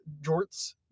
jorts